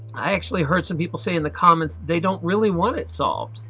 i actually heard some people say in the comments they don't really want it solved,